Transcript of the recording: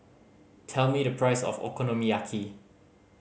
tell me the price of Okonomiyaki